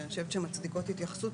שאני חושבת שמצדיקות התייחסות,